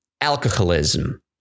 alcoholism